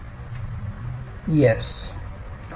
विद्यार्थी होय